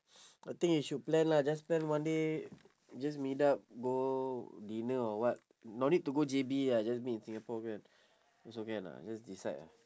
I think you should plan lah just plan one day just meet up go dinner or what don't need to go J_B lah just meet in singapore can also can lah just decide lah